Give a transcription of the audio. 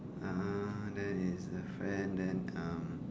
ah there it's a friend then come